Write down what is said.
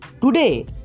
Today